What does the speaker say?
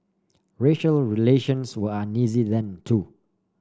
racial relations were uneasy then too